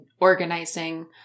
organizing